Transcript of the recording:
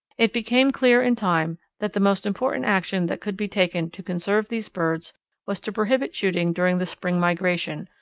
it became clear in time that the most important action that could be taken to conserve these birds was to prohibit shooting during the spring migration,